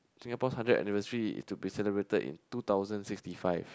Singapore hundred anniversary is to be celebrated in two thousand sixty five